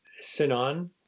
Sinan